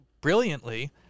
brilliantly